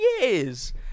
years